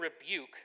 rebuke